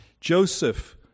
Joseph